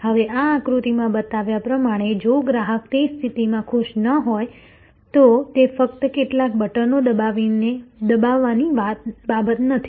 હવે આ આકૃતિમાં બતાવ્યા પ્રમાણે જો ગ્રાહક તે સ્થિતિમાંથી ખુશ ન હોય તો તે ફક્ત કેટલાક બટનો દબાવવાની બાબત નથી